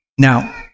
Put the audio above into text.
Now